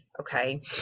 Okay